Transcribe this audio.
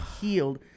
healed